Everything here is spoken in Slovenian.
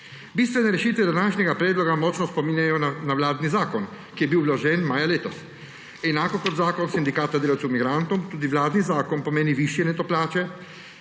Bistvene rešitve današnjega predloga močno spominjajo na vladni zakon, ki je bil vložen maja letos. Enako kot zakon Sindikata delavcev migrantov tudi vladni zakon pomeni višje neto plače,